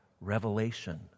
revelation